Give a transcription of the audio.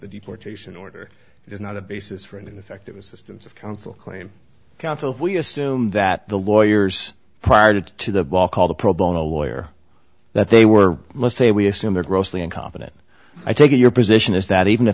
the deportation order is not a basis for an ineffective assistance of counsel claim counsel if we assume that the lawyers prior to the ball call the pro bono lawyers that they were let's say we assume they're grossly incompetent i take it your position is that even if